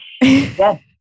Yes